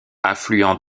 affluent